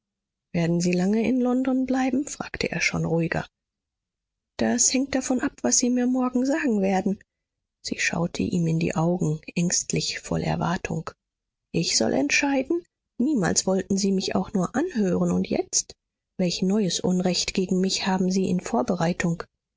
werden sie lange in london bleiben fragte er schon ruhiger das hängt davon ab was sie mir morgen sagen werden sie schaute ihm in die augen ängstlich voll erwartung ich soll entscheiden niemals wollten sie mich auch nur anhören und jetzt welch neues unrecht gegen mich haben sie in vorbereitung